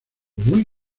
muy